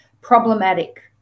Problematic